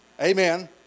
amen